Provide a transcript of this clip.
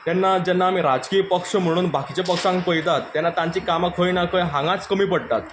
तेन्ना जेन्ना आमी राजकीय पक्ष म्हणून बाकीचे पक्षांक पयतात तेन्ना तांची कामा खंय ना खंय हांगाच कमी पडटात